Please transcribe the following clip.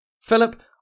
Philip